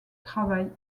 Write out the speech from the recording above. travail